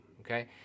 okay